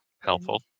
Helpful